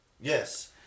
Yes